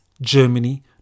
Germany